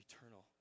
eternal